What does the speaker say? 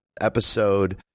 episode